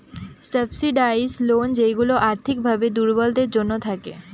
subsidised loan যেইগুলা আর্থিক ভাবে দুর্বলদের জন্য থাকে